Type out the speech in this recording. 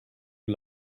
you